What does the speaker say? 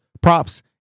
props